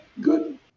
good